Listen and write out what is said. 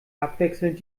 abwechselnd